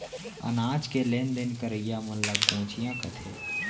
अनाज के लेन देन करइया मन ल कोंचिया कथें